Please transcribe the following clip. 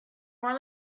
more